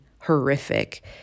horrific